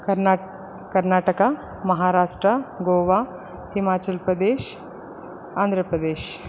कर्णाट् Karnataka Maharashtra Goa Himachal Pradesh Andhra Pradesh